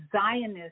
Zionist